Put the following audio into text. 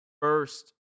first